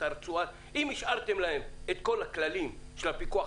יש את הנושא של כל הטיפול,